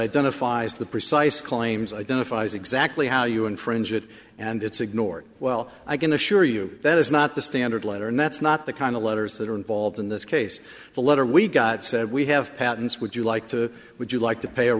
identifies the precise claims identifies exactly how you infringe it and it's ignored well i can assure you that it's not the standard letter and that's not the kind of letters that are involved in this case the letter we got said we have patents would you like to would you like to pay a